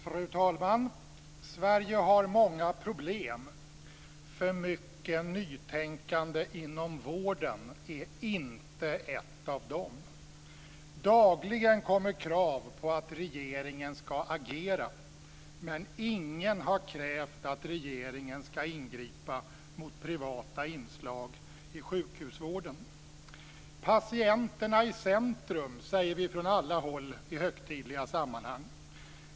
Fru talman! Sverige har många problem. För mycket nytänkande inom vården är inte ett av dem. Dagligen kommer krav på att regeringen ska agera, men ingen har krävt att regeringen ska ingripa mot privata inslag i sjukhusvården. Patienterna i centrum, säger vi från alla håll i högtidliga sammanhang.